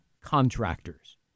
contractors